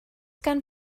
gan